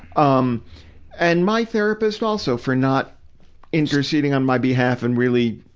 um and my therapist also, for not interceding on my behalf and really,